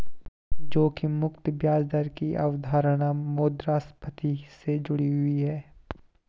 जोखिम मुक्त ब्याज दर की अवधारणा मुद्रास्फति से जुड़ी हुई है